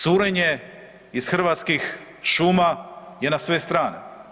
Curenje iz Hrvatskih šuma je na sve strane.